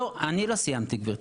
אני לא סיימתי גברתי.